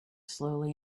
slowly